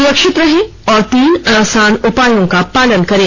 सुरक्षित रहें और तीन आसान उपायों का पालन करें